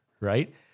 right